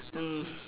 mm